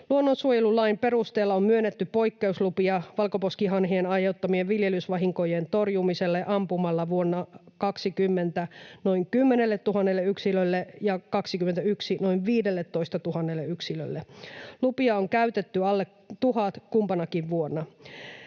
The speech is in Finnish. Luonnonsuojelulain perusteella on myönnetty poikkeuslupia valkoposkihanhien aiheuttamien viljelysvahinkojen torjumiselle ampumalla vuonna 20 noin 10 000 yksilölle ja vuonna 21 noin 15 000 yksilölle. Lupia on käytetty alle 1 000 kumpanakin vuonna.